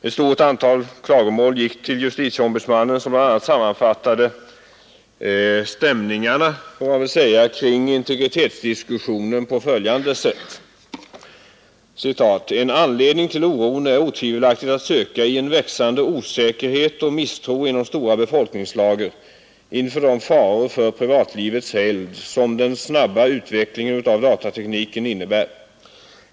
Ett antal klagomål gick till justitieombudsmannen som bl.a. sammanfattade stämningarna kring integritetsdiskussionen på följande sätt: ”En anledning till oron är otvivelaktigt att söka i en växande osäkerhet och misstro inom stora befolkningslager inför de faror för privatlivets helgd, som den snabba utvecklingen av datatekniken innebär.